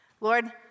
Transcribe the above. Lord